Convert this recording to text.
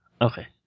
Okay